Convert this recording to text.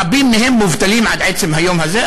רבים מהם מובטלים עד עצם היום הזה,